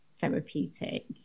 therapeutic